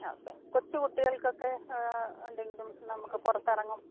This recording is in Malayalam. ഓക്കെ കൊച്ച് കുട്ടികൾക്കൊക്കെ എന്തെങ്കിലും നമുക്ക് പുറത്തിറങ്ങു